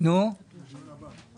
לא לדיון הבא.